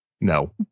No